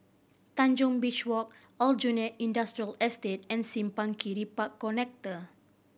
Tanjong Beach Walk Aljunied Industrial Estate and Simpang Kiri Park Connector